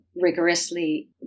rigorously